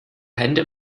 hände